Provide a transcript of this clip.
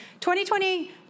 2020